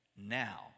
now